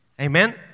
Amen